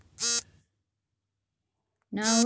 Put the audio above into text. ನಾವು ಚಿನ್ನದ ಮೇಲೆ ಹೂಡಿಕೆ ಮಾಡಬಹುದೇ?